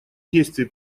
действий